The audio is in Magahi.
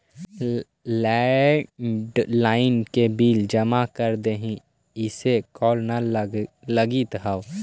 लैंड्लाइन के बिल जमा कर देहीं, इसे कॉल न लगित हउ